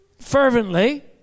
fervently